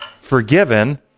forgiven